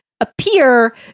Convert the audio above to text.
appear